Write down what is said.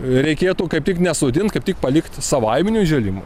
reikėtų kaip tik nesodint kaip tik palikt savaiminiui atžėlimui